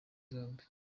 zombi